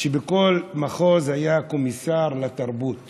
בכל מחוז היה קומיסר לתרבות